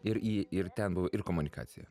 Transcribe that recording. ir į ir ten buvo ir komunikacija